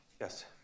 Yes